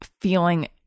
feeling